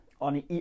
on